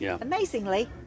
amazingly